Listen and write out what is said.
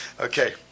Okay